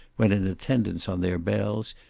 when in attendance on their belles,